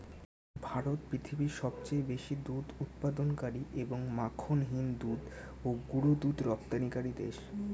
ভারত পৃথিবীর সবচেয়ে বেশি দুধ উৎপাদনকারী এবং মাখনহীন দুধ ও গুঁড়ো দুধ রপ্তানিকারী দেশ